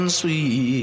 sweet